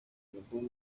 alubumu